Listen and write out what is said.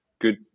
good